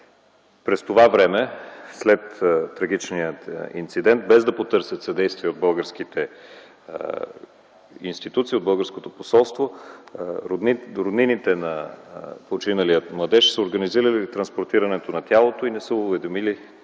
През това време, след трагичния инцидент, без да потърсят съдействие от българските институции, от българското посолство роднините на починалия младеж са организирали транспортирането на тялото и не са уведомили,